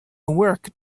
work